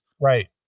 Right